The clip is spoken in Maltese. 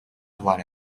dwar